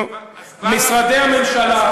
אז קבע לעצמך יעד, משרדי הממשלה,